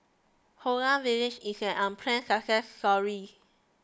Holland Village is an unplanned success story